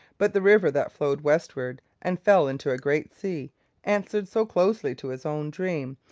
but the river that flowed westward and fell into a great sea answered so closely to his own dream,